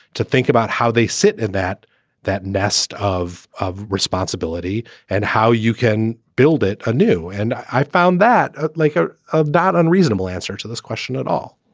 to think about how they sit in that that nest of of responsibility and how you can build it a new. and i found that like a not unreasonable answer to this question at all.